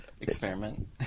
Experiment